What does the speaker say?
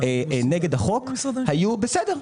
לטענות נגד החוק היו: בסדר,